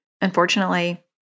unfortunately